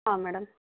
ಹಾಂ ಮೇಡಮ್